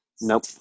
Nope